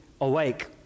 awake